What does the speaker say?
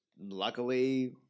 luckily